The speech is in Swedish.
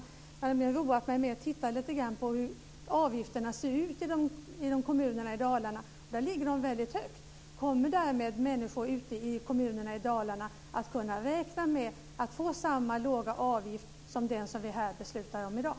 Jag har nämligen roat mig med att titta lite på hur avgifterna ser ut inom kommunerna i Dalarna, och där ligger de väldigt högt. Kommer därmed människor ute i kommunerna i Dalarna att kunna räkna med att få samma låga avgift som den som vi här beslutar om i dag?